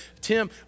Tim